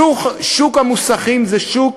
שוק המוסכים זה שוק